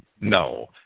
No